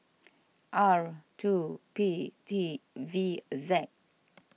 R two P T V Z